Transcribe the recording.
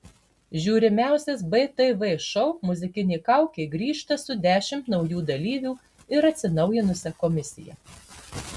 žiūrimiausias btv šou muzikinė kaukė grįžta su dešimt naujų dalyvių ir atsinaujinusia komisija